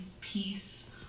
peace